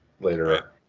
later